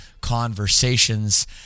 conversations